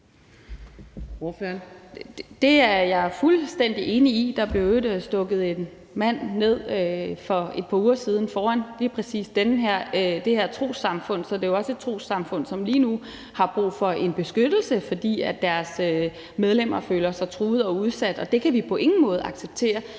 Det er jeg fuldstændig enig i. Der blev i øvrigt stukket en mand ned for et par uger siden foran lige præcis det her trossamfund, så det er jo også et trossamfund, som lige nu har brug for en beskyttelse, fordi deres medlemmer føler sig truede og udsatte, og det kan vi på ingen måde acceptere.